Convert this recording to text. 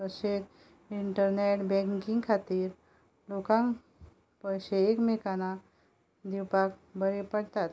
तशें internet banking खातीर लोकांक पयशे एक मेकांक दिताना दिवपाक बरें पडटात